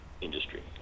industry